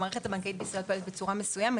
המערכת הבנקאית בישראל פועלת בצורה מסוימת,